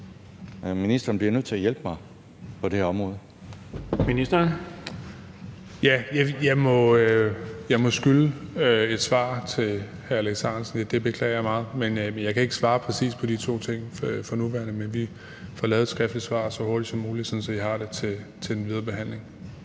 Ministeren. Kl. 12:54 Boligministeren (Kaare Dybvad Bek): Jeg må skylde et svar til hr. Alex Ahrendtsen. Det beklager jeg meget. Men jeg kan ikke svare præcist på de to ting for nuværende, men vi får lavet et skriftligt svar så hurtigt som muligt, sådan at I har det til den videre behandling.